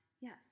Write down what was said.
Yes